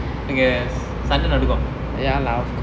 I guess சன்ட நடக்கும்:sande nadakkum